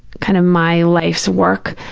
kind of my life's work,